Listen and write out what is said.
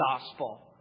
gospel